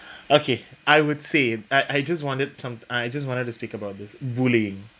okay I would say I I just wanted some I just wanted to speak about this bullying